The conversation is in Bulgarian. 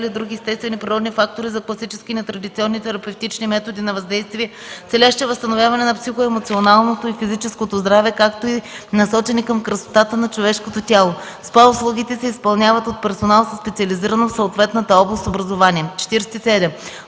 и/или други естествени природни фактори за класически и нетрадиционни терапевтични методи на въздействие, целящи възстановяване на психо-емоционалното и физическото здраве, както и насочени към красотата на човешкото тяло. СПА услугите се изпълняват от персонал със специализирано в съответната област образование.